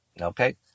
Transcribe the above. Okay